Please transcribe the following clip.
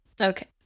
Okay